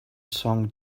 song